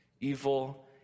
Evil